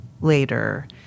later